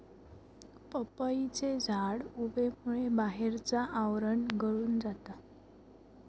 पपईचे झाड उबेमुळे बाहेरचा आवरण गळून जाता